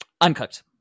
Uncooked